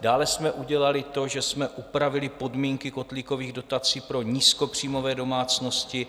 Dále jsme udělali to, že jsme upravili podmínky kotlíkových dotací pro nízkopříjmové domácnosti.